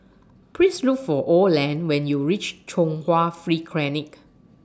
Please Look For Oland when YOU REACH Chung Hwa Free Clinic